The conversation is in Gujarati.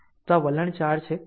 તો આ વલણ 4 છે